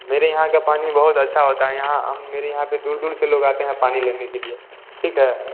मेरे यहाँ का पानी बहुत अच्छा होता है यहाँ मेरे यहाँ पर दूर दूर से लोग आते हैं पानी लेने के लिए ठीक है